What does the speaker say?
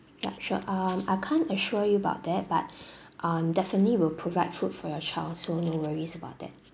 ya sure um I can't assure you about that but um definitely will provide food for your child so no worries about that